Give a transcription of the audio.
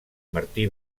martí